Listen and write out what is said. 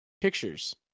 pictures